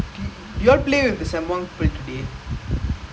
ah சொல்லு சொல்லு:sollu sollu